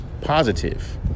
positive